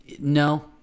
No